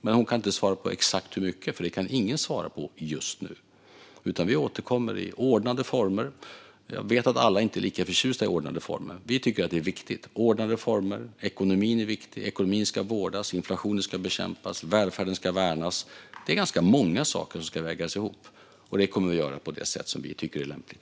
Men hon kan inte svara på exakt hur mycket, för det kan ingen svara på just nu. Vi återkommer i ordnade former. Jag vet att alla inte är lika förtjusta i ordnade former. Vi tycker att det är viktigt med ordnade former. Ekonomin är viktig. Ekonomin ska vårdas, inflationen bekämpas och välfärden ska värnas. Det är ganska många saker som ska vägas ihop. Det kommer vi att göra på det sätt som vi tycker är lämpligt.